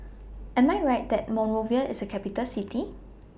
Am I Right that Monrovia IS A Capital City